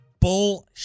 bull